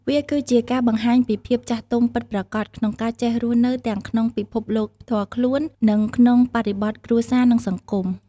វាគឺជាការបង្ហាញពីភាពចាស់ទុំពិតប្រាកដ ក្នុងការចេះរស់នៅទាំងក្នុងពិភពលោកផ្ទាល់ខ្លួន និងក្នុងបរិបទគ្រួសារ និងសង្គម។